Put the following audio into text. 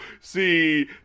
see